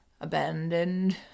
abandoned